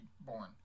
born